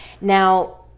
now